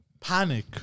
Panic